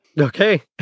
Okay